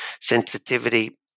sensitivity